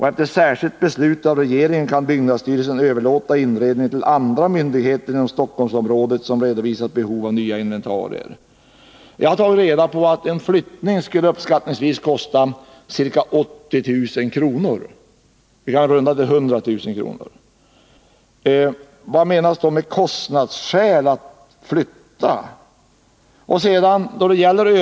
Efter särskilt beslut av regeringen kan byggnadsstyrelsen överlåta inredningen till andra myndigheter inom Stockholmsområdet som redovisat behov av nya inventarier.” Jag har tagit reda på att en flyttning skulle kosta ca 80 000 kr. — vi kan runda av till 100 000 kr.